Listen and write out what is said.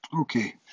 Okay